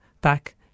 back